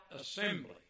assembly